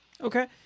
Okay